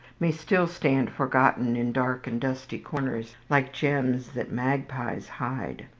may still stand forgotten in dark and dusty corners, like gems that magpies hide.